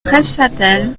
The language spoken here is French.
treschâtel